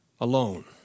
alone